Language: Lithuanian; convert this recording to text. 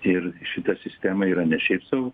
ir šita sistema yra ne šiaip sau